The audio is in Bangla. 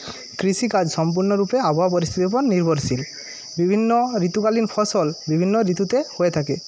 কৃষিকাজ সম্পূর্ণরূপে আবহাওয়া পরিস্থিতির ওপর নির্ভরশীল বিভিন্ন ঋতুকালীন ফসল বিভিন্ন ঋতুতে হয়ে থাকে